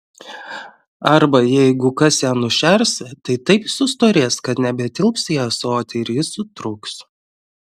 arba jeigu kas ją nušers tai taip sustorės kad nebetilps į ąsotį ir jis sutrūks